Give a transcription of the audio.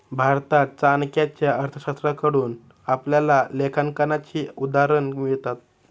भारतात चाणक्याच्या अर्थशास्त्राकडून आपल्याला लेखांकनाची उदाहरणं मिळतात